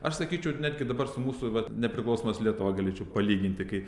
aš sakyčiau netgi dabar su mūsų vat nepriklausomos lietuva galėčiau palyginti kaip